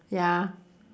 ya